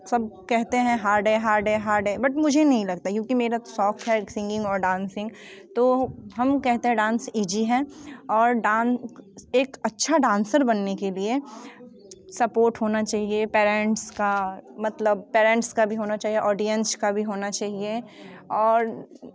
सब कहते हैं हार्ड है हार्ड है हार्ड है बट मुझे नहीं लगता क्योंकि मेरा शौक है सिंगिंग और डांसिंग तो हम कहते हैं डांस ईजी है और डांस एक अच्छा डांसर बनने के लिए सपोर्ट होना चाहिए पेरेंट्स का मतलब पेरेंट्स का भी होना चाहिए ऑडियंस का भी होना चाहिए और